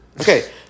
Okay